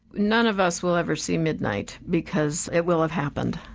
none of us will ever see midnight, because it will have happened.